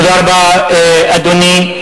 תודה רבה, אדוני.